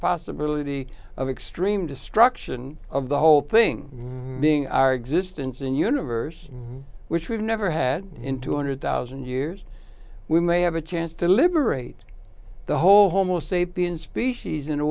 possibility of extreme destruction of the whole thing being our existence in universe which we've never had in two hundred thousand years we may have a chance to liberate the whole homo sapiens species in a